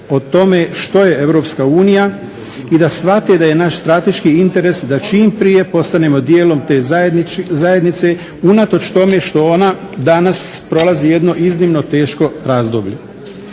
o tome što je EU i da shvate da je naš strateški interes da čim prije postanemo dijelom te zajednice unatoč tome što ona danas prolazi jedno iznimno teško razdoblje.